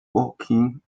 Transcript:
barking